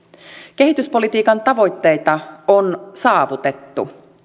kehityspolitiikan tavoitteita on saavutettu